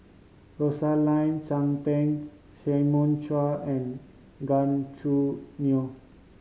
Rosaline Chan Pang Simon Chua and Gan Choo Neo